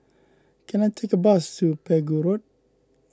can I take a bus to Pegu Road